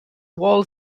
wall